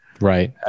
Right